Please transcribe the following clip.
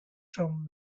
from